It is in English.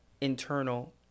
internal